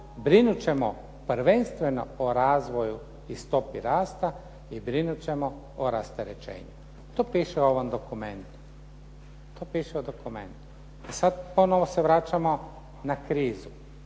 brinut ćemo prvenstveno o razvoju i stopi rasta i brinut ćemo o rasterećenju. To piše u ovom dokumentu. Sad ponovno se vraćamo na krizu.